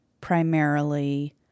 Primarily